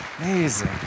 Amazing